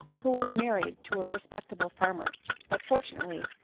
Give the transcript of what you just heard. who was married to a respectable farmer but, fortunately,